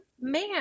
man